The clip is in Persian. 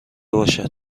باشد